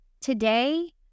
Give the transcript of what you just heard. Today